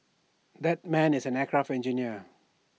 that man is an aircraft engineer